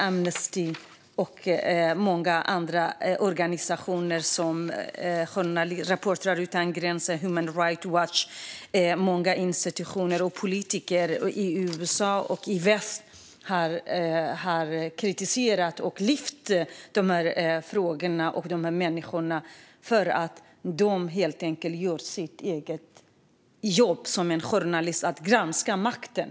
Amnesty och många andra organisationer som Reportrar utan gränser och Human Rights Watch och många institutioner och politiker i USA och i väst har kritiserat det som hänt och har lyft fram de här frågorna och människorna, som helt enkelt har gjort sitt jobb som journalister. De har granskat makten.